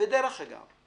ודרך אגב,